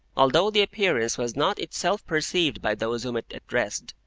although the appearance was not itself perceived by those whom it addressed,